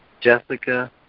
Jessica